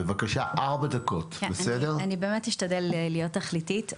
אני אשתדל להיות תכליתית.